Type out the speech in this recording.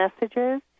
Messages